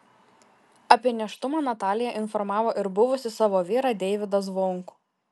apie nėštumą natalija informavo ir buvusį savo vyrą deivydą zvonkų